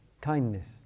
kindness